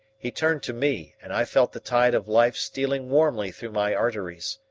he turned to me, and i felt the tide of life stealing warmly through my arteries.